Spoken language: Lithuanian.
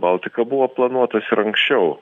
baltika buvo planuotas ir anksčiau